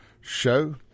show